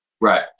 Right